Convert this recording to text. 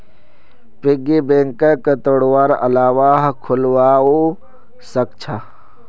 piggy बैंकक तोडवार अलावा खोलवाओ सख छ